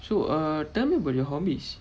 so uh tell me about your hobbies